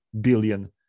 billion